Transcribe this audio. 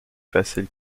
facile